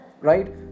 right